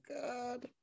God